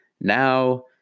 now